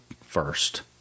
first